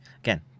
Again